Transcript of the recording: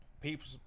people